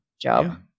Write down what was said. job